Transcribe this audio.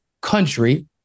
country